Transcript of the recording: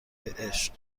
عشق